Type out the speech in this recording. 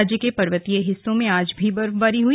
राज्य के पर्वतीय हिस्सों में आज भी बर्फबारी हुई